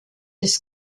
des